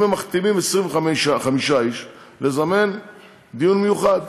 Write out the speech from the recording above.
אם הם מחתימים 25 איש, לזמן דיון מיוחד.